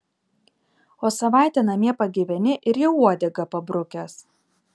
o savaitę namie pagyveni ir jau uodegą pabrukęs